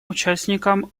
участникам